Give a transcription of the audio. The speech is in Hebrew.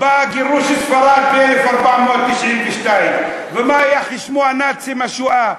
גירוש ספרד ב-1492, ומה עם הנאצים, השואה?